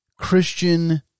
Christian